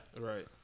Right